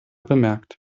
bemerkt